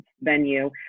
venue